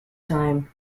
time